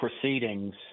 proceedings